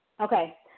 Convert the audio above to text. Okay